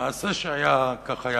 מעשה שהיה כך היה.